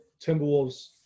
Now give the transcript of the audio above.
Timberwolves